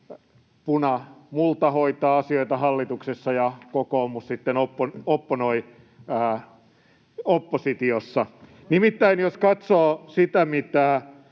punamulta hoitaa asioita hallituksessa ja kokoomus sitten opponoi oppositiossa. Nimittäin jos katsoo sitä,